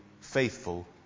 faithful